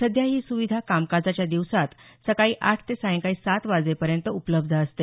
सध्या ही सुविधा कामकाजाच्या दिवसांत सकाळी आठ ते सायंकाळी सात वाजेपर्यंत उपलब्ध असते